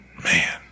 Man